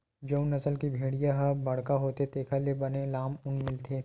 जउन नसल के भेड़िया ह बड़का होथे तेखर ले बने लाम ऊन मिलथे